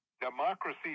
democracy